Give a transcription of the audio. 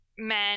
men